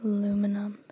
Aluminum